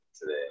today